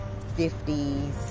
50s